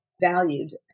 valued